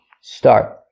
Start